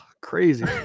Crazy